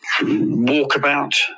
Walkabout